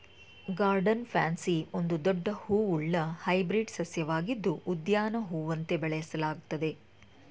garden pansy ಒಂದು ದೊಡ್ಡ ಹೂವುಳ್ಳ ಹೈಬ್ರಿಡ್ ಸಸ್ಯವಾಗಿದ್ದು ಉದ್ಯಾನ ಹೂವಂತೆ ಬೆಳೆಸಲಾಗ್ತದೆ